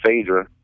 Phaedra